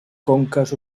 conques